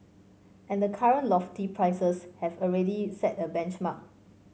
and the current lofty prices have already set a benchmark